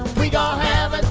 we gonna have